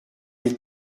les